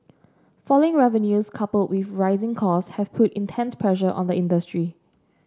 falling revenues coupled with rising cost have put intense pressure on the industry